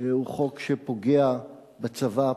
הוא חוק שפוגע בצבא,